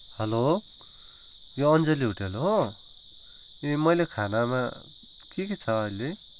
hello यो Anjali hotel हो ए मैले खानामा के के छ अहिले